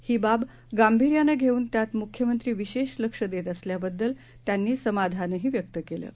हीबाबगांभीर्यानंघेऊनत्यातमुख्यमंत्रीविशेषलक्षदेतअसल्याबद्दलत्यांनीसमाधानहीव्यक्तके लं